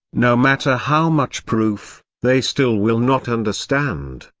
no matter how much proof, they still will not understand.